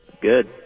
Good